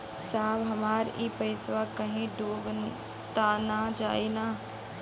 साहब हमार इ पइसवा कहि डूब त ना जाई न?